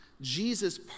Jesus